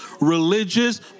religious